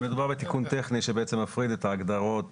מדובר בתיקון טכני שבעצם מפריד את ההגדרות